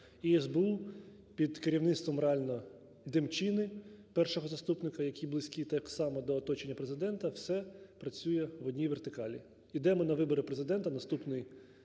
і СБУ під керівництвом реально Демчини, першого заступника, який близький так само до оточення Президента, все працює в одній вертикалі. Ідемо на вибори Президента на наступний